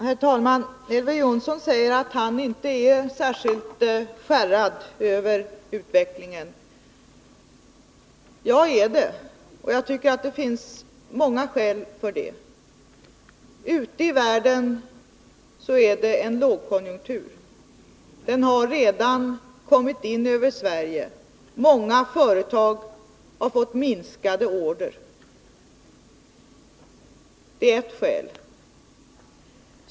Herr talman! Elver Jonsson säger att han inte är särskilt skärrad över utvecklingen. Jag är det och jag tycker att det finns många skäl till det. Ute i världen är det en lågkonjunktur. Den har redan kommit in över Sverige. Många företag har fått minskade order. Det är ett skäl.